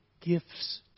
gifts